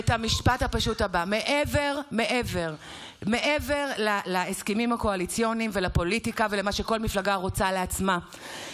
מעבר להסכמים הקואליציוניים ולפוליטיקה ולמה שכל מפלגה רוצה לעצמה,